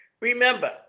Remember